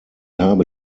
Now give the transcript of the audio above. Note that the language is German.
habe